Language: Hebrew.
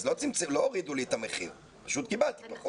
אז לא הורידו לי את המחיר אלא פשוט קיבלתי פחות.